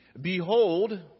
Behold